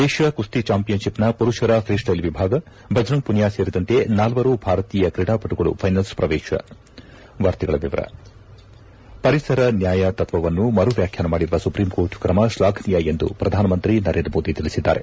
Asia ಕುಸ್ತಿ ಚಾಂಪಿಯನ್ಶಿಪ್ನ ಪುರುಷರ ಫ್ರೀಸ್ಟೈಲ್ ವಿಭಾಗ ಬಜರಂಗ್ ಪುನಿಯಾ ಸೇರಿದಂತೆ ನಾಲ್ವರು ಭಾರತೀಯ ಕ್ರೀಡಾಪಟುಗಳು ಫೈನಲ್ಪ್ ಪ್ರವೇಶ ಪರಿಸರ ನ್ಯಾಯ ತತ್ವವನ್ನು ಮರುವ್ಯಾಖ್ಯಾನ ಮಾಡಿರುವ ಸುಪ್ರೀಂ ಕೋರ್ಟ್ ಕ್ರಮ ಶ್ಲಾಘನೀಯ ಎಂದು ಪ್ರಧಾನಮಂತ್ರಿ ನರೇಂದ್ರ ಮೋದಿ ತಿಳಿಸಿದ್ದಾರೆ